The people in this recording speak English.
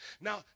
Now